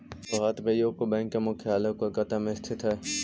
भारत में UCO bank के मुख्यालय कोलकाता में स्थित हइ